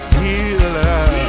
healer